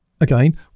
Again